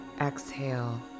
exhale